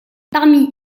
parmi